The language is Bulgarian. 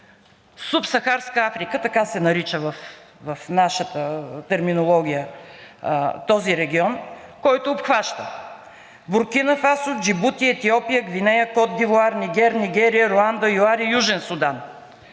Субсахарска Африка – така се нарича в нашата терминология този регион, който обхваща Буркина Фасо, Джибути, Етиопия, Гвинея, Кот д'Ивоар, Нигерия, Руанда, ЮАР и Южен Судан.